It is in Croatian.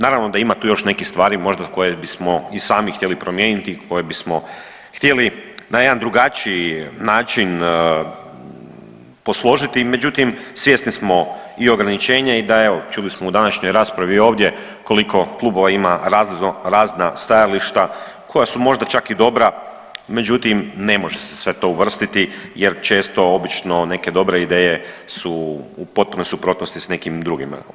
Naravno da tu ima još nekih stvari koje bismo i sami htjeli promijeniti, koje bismo htjeli na jedan drugačiji način posložiti, međutim svjesni smo i ograničenja i da evo čuli smo u današnjoj raspravi ovdje koliko klubova ima razna stajališta koja su možda čak i dobra, međutim ne može se sve to uvrstiti jer često obično neke dobre ideje su u potpunoj suprotnosti s nekim drugim.